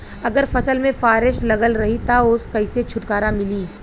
अगर फसल में फारेस्ट लगल रही त ओस कइसे छूटकारा मिली?